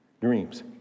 dreams